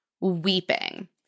weeping